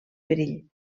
perill